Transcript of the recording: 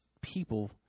people